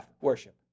worship